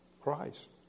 Christ